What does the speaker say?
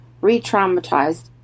re-traumatized